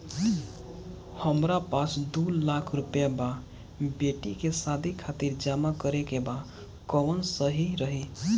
हमरा पास दू लाख रुपया बा बेटी के शादी खातिर जमा करे के बा कवन सही रही?